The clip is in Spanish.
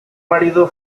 marido